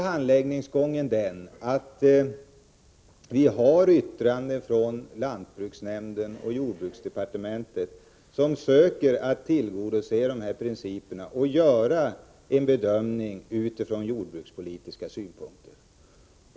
Handläggningsgången är sådan att vi får yttranden från lantbruksnämnden och jordbruksdepartementet som söker tillgodose dessa principer och göra en bedömning utifrån jordbrukspolitiska synpunkter.